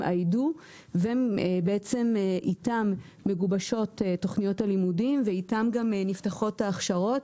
'I DO' ובעצם איתם מגובשות תכניות הלימודים ואיתם גם נפתחות ההכשרות,